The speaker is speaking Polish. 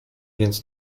więc